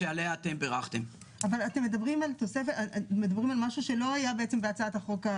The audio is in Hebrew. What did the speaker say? לממשלה הזו אין מה לעשות מלבד לפגוע בעוד נדבך של היהדות והדת.